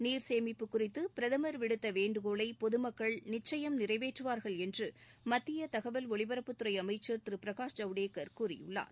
நீர்சேமிப்பு குறித்து பிரதமர் விடுத்த வேண்டுகோளை பொதுமக்கள் நிச்சயம் நிறைவேற்றுவார்கள் என்று மத்திய தகவல் ஒலிபரப்புத் துறை அமைச்சர் திரு பிரகாஷ் ஜவ்டேகர் கூறியுள்ளார்